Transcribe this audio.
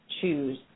choose